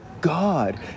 god